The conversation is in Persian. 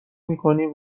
میکنیم